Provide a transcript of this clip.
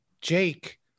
Jake